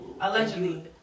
Allegedly